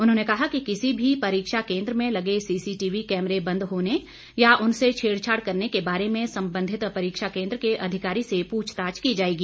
उन्होंने कहा कि किसी भी परीक्षा केन्द्र में लगे सीसीटीवी कैमरे बंद होने या उनसे छेड़छाड़ करने के बारे में संबंधित परीक्षा केन्द्र के अधिकारी से पूछताछ की जाएगी